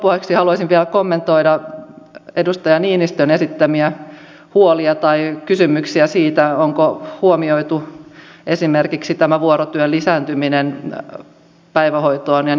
lopuksi haluaisin vielä kommentoida edustaja niinistön esittämiä huolia tai kysymyksiä siitä onko huomioitu esimerkiksi tämä vuorotyön lisääntyminen päivähoitoon ja niin edelleen